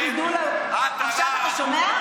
עכשיו את ממלמלת.